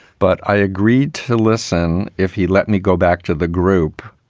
but i agreed to listen if he let me go back to the group.